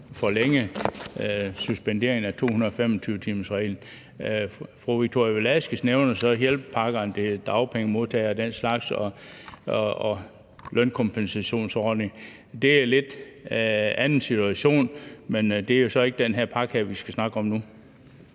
forlænge suspenderingen af 225-timersreglen. Fru Victoria Velasquez nævner så hjælpepakkerne og dagpengemodtagere og lønkompensationsordningen og den slags. Det er en lidt anden situation, men det er jo så ikke den her pakke, som vi skal snakke om nu.